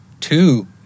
Two